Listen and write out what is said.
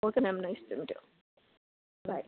okay ma'am nice to meet you bye